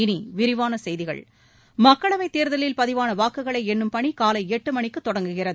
இனி விரிவான செய்திகள் மக்களவை தேர்தலில் பதிவான வாக்குகளை எண்ணும் பணி காலை எட்டு மணிக்கு தொடங்குகிறது